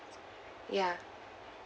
ya